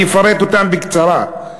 אני אפרט אותם בקצרה,